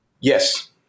Yes